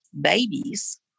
babies